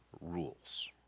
rules